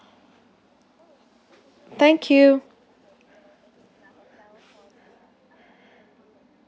thank you